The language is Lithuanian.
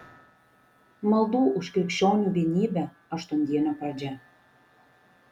maldų už krikščionių vienybę aštuondienio pradžia